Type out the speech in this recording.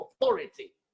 authority